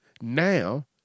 Now